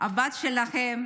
הבת שלכם,